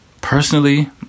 Personally